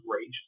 rage